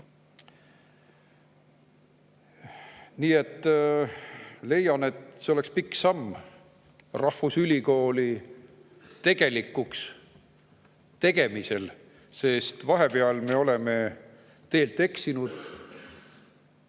Ma leian, et see oleks pikk samm rahvusülikooli tegelikuks tegemisel. Vahepeal me oleme teelt eksinud.